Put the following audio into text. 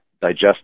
digest